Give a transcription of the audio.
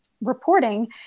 reporting